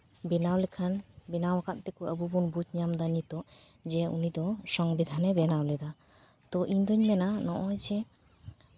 ᱵᱮᱱᱟᱣ ᱞᱮᱠᱷᱟᱱ ᱵᱮᱱᱟᱣ ᱠᱟᱜ ᱛᱮᱠᱚ ᱟᱵᱚ ᱵᱚᱱ ᱵᱩᱡᱽ ᱧᱟᱢᱫᱟ ᱱᱤᱛᱚᱜ ᱡᱮ ᱩᱱᱤ ᱫᱚ ᱥᱚᱝᱵᱤᱫᱷᱟᱱ ᱮ ᱵᱮᱱᱟᱣ ᱞᱮᱫᱟ ᱛᱳ ᱤᱧ ᱫᱩᱧ ᱢᱮᱱᱟ ᱱᱚᱜᱼᱚᱭ ᱡᱮ